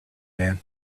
man